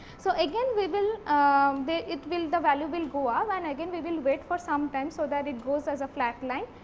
so, again we will um they it will the value will go up and again we will wait for some time so that it goes as a flat line.